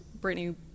Brittany